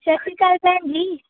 ਸਤਿ ਸ਼੍ਰੀ ਅਕਾਲ ਭੈਣ ਜੀ